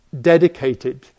dedicated